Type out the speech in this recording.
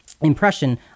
impression